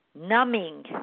numbing